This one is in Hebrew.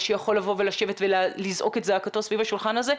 שיכול לבוא ולשבת ולזעוק את זעקתו סביב השולחן הזה,